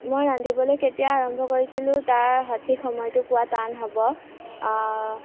মই ৰান্ধিবলৈ কেতিয়া আৰম্ভ কৰিছিলোঁ তাৰ সঠিক সময়টো কোৱা টান হ'ব